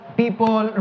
people